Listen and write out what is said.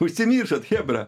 užsimiršot chebra